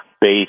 base